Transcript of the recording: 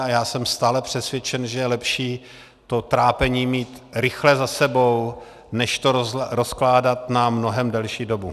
Já jsem stále přesvědčen, že je lepší to trápení mít rychle za sebou než to rozkládat na mnohem delší dobu.